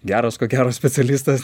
geras ko gero specialistas